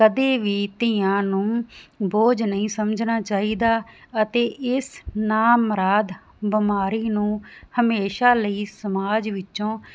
ਕਦੇ ਵੀ ਧੀਆਂ ਨੂੰ ਬੋਝ ਨਹੀਂ ਸਮਝਣਾ ਚਾਹੀਦਾ ਅਤੇ ਇਸ ਨਾ ਮੁਰਾਦ ਬਿਮਾਰੀ ਨੂੰ ਹਮੇਸ਼ਾ ਲਈ ਸਮਾਜ ਵਿੱਚੋਂ